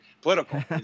political